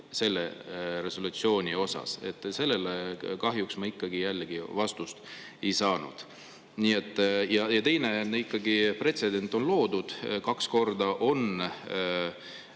selle resolutsiooni osas – sellele kahjuks ma jällegi vastust ei saanud. Ikkagi pretsedent on loodud, kaks korda on